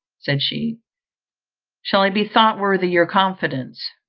said she shall i be thought worthy your confidence?